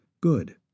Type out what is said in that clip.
Good